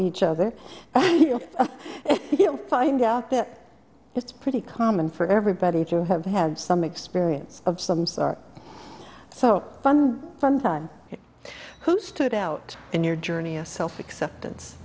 each other you find out that it's pretty common for everybody to have had some experience of some sort so fun from time who stood out in your journey of self acceptance